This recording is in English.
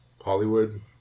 hollywood